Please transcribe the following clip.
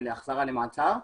של החזרה למעצר,